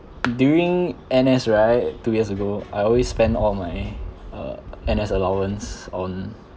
during N_S right two years ago I always spend all my uh N_S allowance on